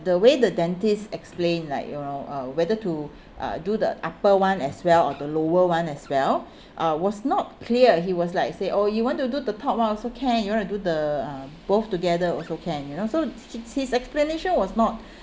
the way the dentist explain like you know uh whether to uh do the upper one as well or the lower one as well uh was not clear he was like say oh you want to do the top one also can you want to do uh both together also can you know so he his explanation was not